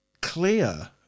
clear